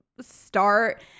start